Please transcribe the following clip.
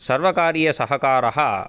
सर्वकारीयसहकारः